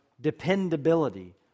dependability